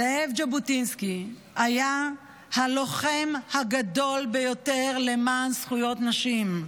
זאב ז'בוטינסקי היה הלוחם הגדול ביותר למען זכויות נשים.